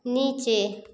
नीचे